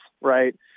right